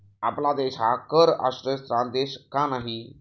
आपला देश हा कर आश्रयस्थान देश का नाही?